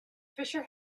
fisher